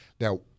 Now